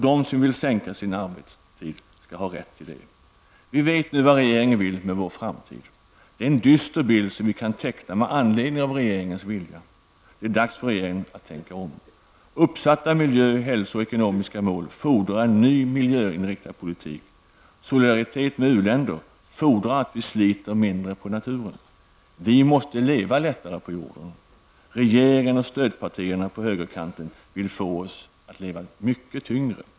De som vill minska sin arbetstid skall ha rätt att göra det. Vi vet nu vad regeringen vill med vår framtid. Det är en dyster bild som vi kan teckna med anledning av regeringens vilja. Det är dags för regeringen att tänka om. Uppsatta miljö och hälsomål samt ekonomiska mål fordrar en ny miljöinriktad politik. Solidaritet med u-länder fordrar att vi sliter mindre på naturen. Vi måste leva lättare på jorden. Regeringen och stödpartierna på högerkanten vill få oss att leva mycket tyngre.